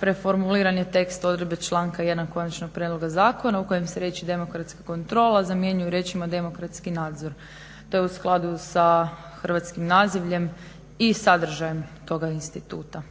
preformuliran je tekst odredbe članka 1.konačnog prijedloga zakona u kojem se riječi demokratska kontrola zamjenjuje riječima demokratski nadzor. To je u skladu sa hrvatskim nazivljem i sadržajem toga instituta.